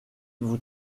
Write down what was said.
vous